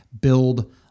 build